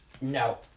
No